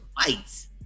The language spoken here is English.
fights